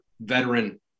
veteran